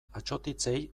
atsotitzei